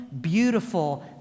beautiful